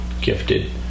gifted